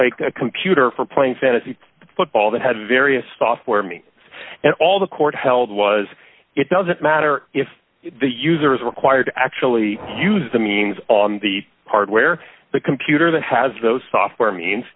like a computer for playing fantasy football that had various software me and all the court held was it doesn't matter if the user is required to actually use the means on the hardware the computer that has those software means